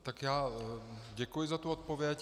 Tak já děkuji za tu odpověď.